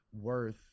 worth